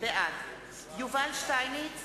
בעד יובל שטייניץ,